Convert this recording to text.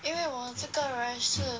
因为我这个人是